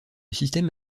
système